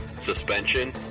suspension